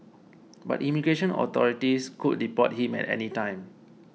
but immigration authorities could deport him at any time